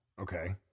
Okay